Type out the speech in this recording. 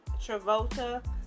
Travolta